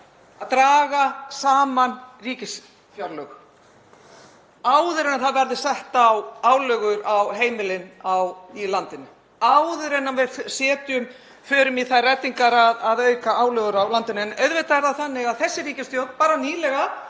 draga saman ríkisfjárlög áður en það verða settar álögur á heimilin í landinu, áður en við förum í þær reddingar að auka álögur í landinu. En auðvitað er það þannig að þessi ríkisstjórn fór í það